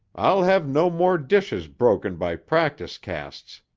i'll have no more dishes broken by practice casts.